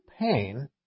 pain